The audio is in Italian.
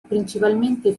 principalmente